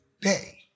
day